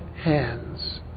hands